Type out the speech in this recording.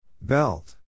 Belt